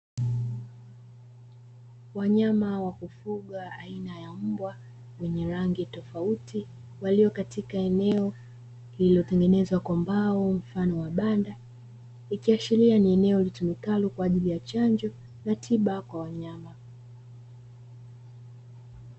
Wanyama wa kufuga aina ya mbwa, wenye rangi tofauti walio katika eneo lililotengenezwa kwa mbao mfano wa banda, likiashiria ni eneo litumikalo kwa ajili ya chanjo na tiba kwa wanyama.